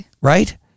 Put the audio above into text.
Right